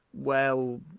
well,